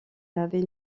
avait